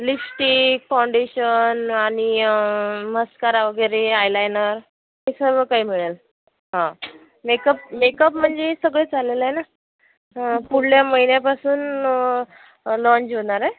lipstick foundation आणि mascara वगैरे eyeliner हे सर्व काही मिळेल मेकअप मेकअप म्हणजे सगळंच आलेलं आहे ना पुढल्या महिन्यापासून लॉन्ज होणार आहे